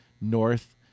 north